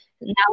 Now